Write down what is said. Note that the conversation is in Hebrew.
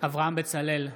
אברהם בצלאל,